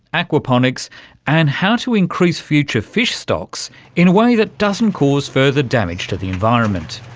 aquaponics and how to increase future fish stocks in a way that doesn't cause further damage to the environment.